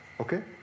Okay